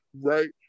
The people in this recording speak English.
right